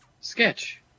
sketch